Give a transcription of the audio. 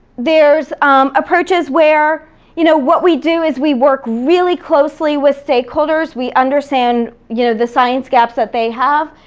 there's a purchase where you know what we do is we work really closely with stakeholders, we understand you know the science gaps that they have,